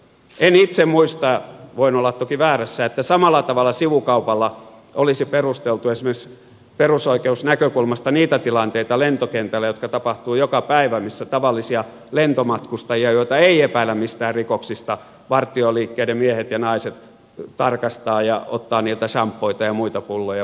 en itse muista voin olla toki väärässä että samalla tavalla sivukaupalla olisi perusteltu esimerkiksi perusoikeusnäkökulmasta niitä tilanteita lentokentällä joita tapahtuu joka päivä missä tavallisia lentomatkustajia joita ei epäillä mistään rikoksista vartioliikkeiden miehet ja naiset tarkastavat ja ottavat niiltä shampoita ja muita pulloja pois ja niin edelleen